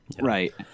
Right